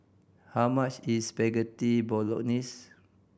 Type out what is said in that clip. how much is Spaghetti Bolognese